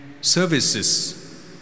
services